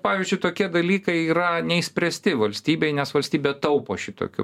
pavyzdžiui tokie dalykai yra neišspręsti valstybėj nes valstybė taupo šitokiu